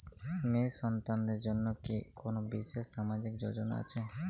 মেয়ে সন্তানদের জন্য কি কোন বিশেষ সামাজিক যোজনা আছে?